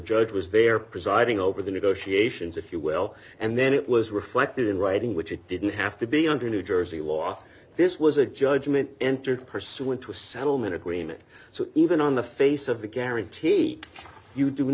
judge was there presiding over the negotiations if you will and then it was reflected in writing which it didn't have to be under new jersey law this was a judgment entered pursuant to a settlement agreement so even on the face of the guarantee you do